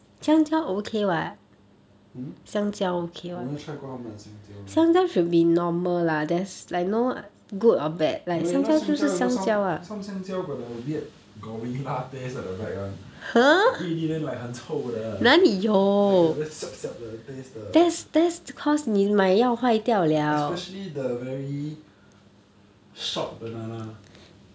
hmm 我没有 try 过他们香蕉 mah no leh you 香蕉 know some 香蕉 got the weird gorilla taste at the back [one] eat already then like 很臭的 like the very siap siap taste 的 especially the very short banana